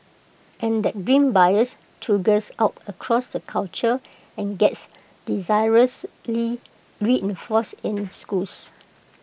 and that grim bias trudges out across the culture and gets disastrously reinforced in schools